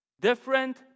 different